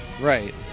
Right